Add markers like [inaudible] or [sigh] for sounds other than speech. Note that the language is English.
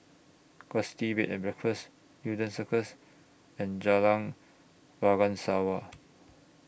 Gusti Bed and Breakfast Newton Circus and Jalan [unintelligible]